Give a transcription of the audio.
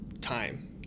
time